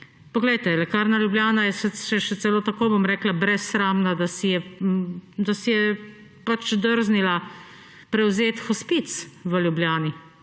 Poglejte, Lekarna Ljubljana je, še celo tako bom rekla, brezsramna, da si je drznila prevzeti hospic v Ljubljani,